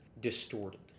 distorted